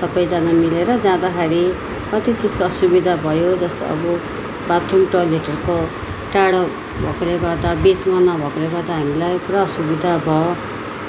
सबैजना मिलेर जाँदाखेरि कति चिजको असुविधा भयो जस्तो अब बाथ रुम टोयलेटहरूको टाढो भएकोले गर्दा बिचमा नभएकोले गर्दा हामीहरूलाई पुरा असुविधा भयो